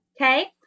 Okay